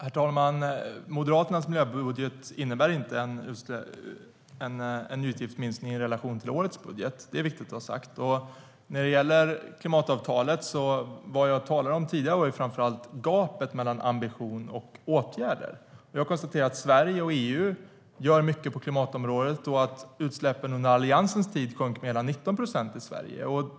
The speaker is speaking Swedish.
Herr talman! Moderaternas miljöbudget innebär inte en utgiftsminskning i relation till årets budget. Det är viktigt att ha det sagt. Beträffande klimatavtalet var det framför allt gapet mellan ambition och åtgärder som jag avsåg. Jag konstaterar att Sverige och EU gör mycket på klimatområdet och att utsläppen under Alliansens tid sjönk med hela 19 procent i Sverige.